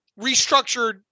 restructured